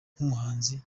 nk’umuhanzi